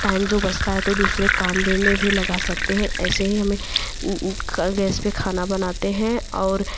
time जो बसता है तो दूसरे काम में भी लगा सकते हैं ऐसे ही हमें कल गैस पर खाना बनाते हैं और